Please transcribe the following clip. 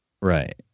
Right